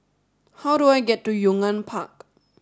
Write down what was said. how do I get to Yong An Park